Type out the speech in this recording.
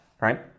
right